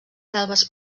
selves